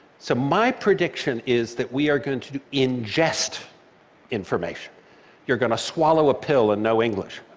so my prediction is that we are going to ingest information you're going to swallow a pill and know english.